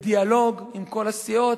בדיאלוג עם כל הסיעות.